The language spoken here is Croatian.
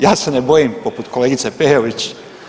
Ja se ne bojim poput kolegice Peović.